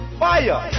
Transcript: fire